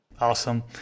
Awesome